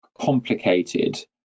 complicated